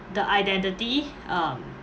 the identity um